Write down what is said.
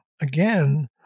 again